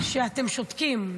שאתם שותקים.